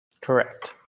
Correct